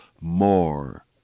more